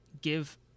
give